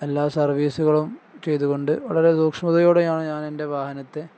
എല്ലാ സർവീസുകളും ചെയ്തുകൊണ്ട് വളരെ സൂക്ഷ്മതയോടെയാണ് ഞാൻ എൻ്റെ വാഹനത്തെ